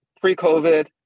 Pre-COVID